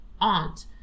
aunt